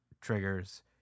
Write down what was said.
triggers